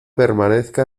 permanezca